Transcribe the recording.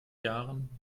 jahren